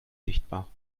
sichtbar